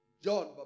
John